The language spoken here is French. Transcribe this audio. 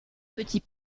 petit